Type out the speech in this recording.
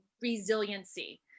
resiliency